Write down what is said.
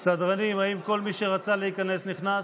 סדרנים, האם כל מי שרצה להיכנס נכנס?